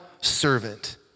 servant